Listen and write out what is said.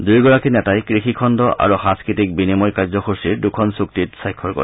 দূয়োগৰাকী নেতাই কৃষিখণ্ড আৰু সাংস্কৃতিক বিনিময় কাৰ্যসূচীৰ দুখন চুক্তিত স্বাক্ষৰ কৰে